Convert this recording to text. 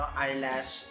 eyelash